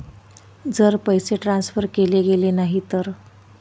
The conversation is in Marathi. जर पैसे ट्रान्सफर केले गेले नाही तर?